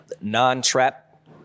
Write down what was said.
non-trap